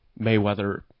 Mayweather